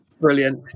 Brilliant